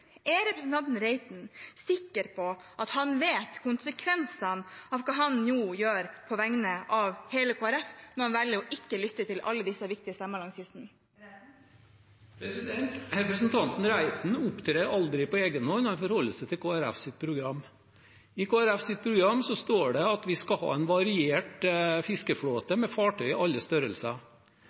Er representanten Reiten sikker på at han kjenner konsekvensene av hva han nå gjør på vegne av hele Kristelig Folkeparti når han velger ikke å lytte til alle disse viktige stemmene langs kysten? Representanten Reiten opptrer aldri på egen hånd. Han forholder seg til Kristelig Folkepartis program. I Kristelig Folkepartis program står det at vi skal ha en variert fiskeflåte med fartøy i alle størrelser.